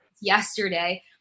yesterday